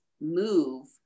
move